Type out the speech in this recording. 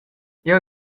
jeu